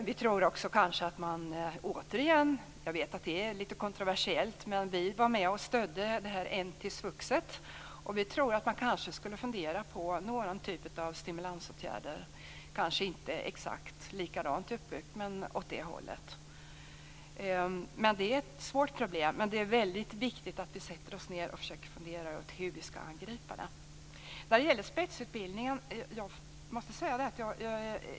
Vi var med och stödde NT Svux - jag vet att det var kontroversiellt - och vi tror att man bör fundera på någon typ av stimulansåtgärder, men kanske inte likadant uppbyggt. Det är ett svårt problem. Det är viktigt att sitta ned och se över hur det skall angripas.